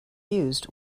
used